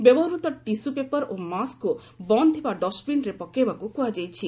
ବ୍ୟବହୃତ tissue paper ଓ ମାସ୍କକୁ ବନ୍ଦ୍ ଥିବା ଡଷ୍ଟବିନ୍ରେ ପକାଇବାକୁ କୁହାଯାଇଛି